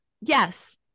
yes